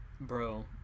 bro